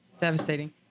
devastating